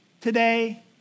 today